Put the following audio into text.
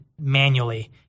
manually